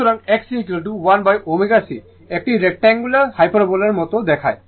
সুতরাং XC1ω C একটি rectangular hyperbola মতো দেখায়